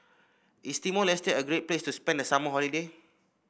is Timor Leste a great place to spend the summer holiday